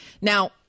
Now